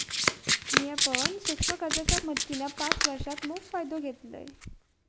मिया पण सूक्ष्म कर्जाच्या मदतीन पाच वर्षांत मोप फायदो घेतलंय